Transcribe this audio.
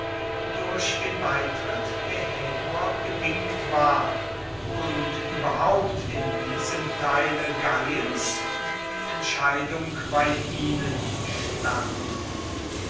durch den beitritt der häduer bedingt war und überhaupt in diesem teile galliens die entscheidung bei ihnen stand